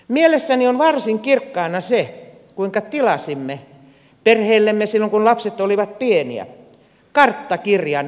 mielessäni on varsin kirkkaana se kuinka tilasimme perheillemme silloin kun lapset olivat pieniä karttakirjan euroopasta